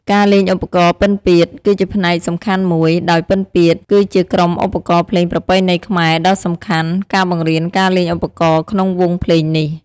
ការលេងឧបករណ៍ពិណពាទ្យ គឺជាផ្នែកសំខាន់មួយ ដោយពិណពាទ្យគឺជាក្រុមឧបករណ៍ភ្លេងប្រពៃណីខ្មែរដ៏សំខាន់ ការបង្រៀនការលេងឧបករណ៍ក្នុងវង់ភ្លេងនេះ។